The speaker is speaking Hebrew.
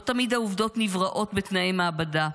לא תמיד העובדות נבראות בתנאי מעבדה,